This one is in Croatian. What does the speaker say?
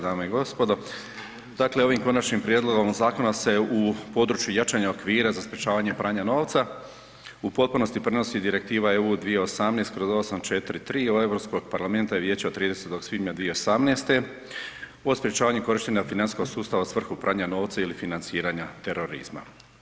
Dame i gospodo, dakle ovim konačnim prijedlogom zakona se u području jačanja okvira za sprječavanje pranja novca u potpunosti prenosi Direktiva EU 2018/843 od Europskog parlamenta i vijeća od 30. svibnja 2018. o sprječavanju korištenja financijskog sustava u svrhu pranja novca ili financiranja terorizma.